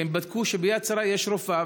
כי הם בדקו שביד שרה יש רופאה,